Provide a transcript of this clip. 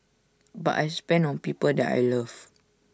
but I spend on people that I love